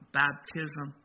baptism